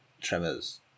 Tremors